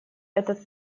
этот